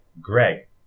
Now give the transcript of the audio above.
Greg